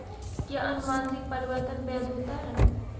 क्या अनुवंशिक परिवर्तन वैध होता है?